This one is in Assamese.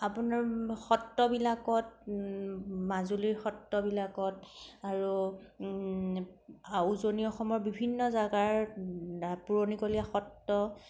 আপোনাৰ সত্ৰবিলাকত মাজুলীৰ সত্ৰবিলাকত আৰু আৰু উজনি অসমৰ বিভিন্ন জেগাত পুৰণিকলীয়া সত্ৰ